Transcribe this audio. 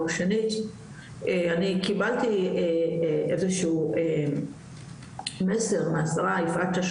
שנית אני קיבלתי איזשהו מסר מהשרה יפעת שאשא